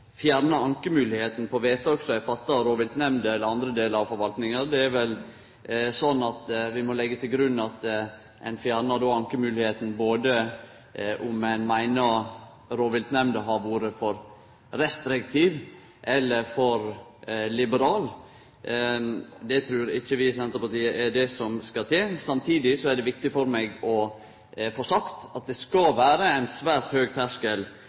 fjerne ankemoglegheita på vedtak fatta av rovviltnemnder eller andre delar av forvaltninga. Det er vel slik at vi må leggje til grunn at ein fjernar ankemoglegheita anten ein meiner rovviltnemnda har vore for restriktiv eller for liberal. Det trur ikkje vi i Senterpartiet er det som skal til. Samtidig er det viktig for meg å få sagt at det skal vere ein svært høg terskel